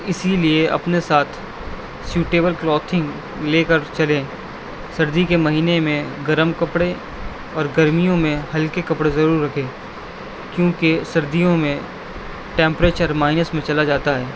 اسی لیے اپنے ساتھ سوئٹیبل کلاتھنگ لے کر چلیں سردی کے مہینے میں گرم کپڑے اور گرمیوں میں ہلکے کپڑے ضرور رکھیں کیونکہ سردیوں میں ٹیمپریچر مائنس میں چلا جاتا ہے